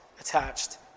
attached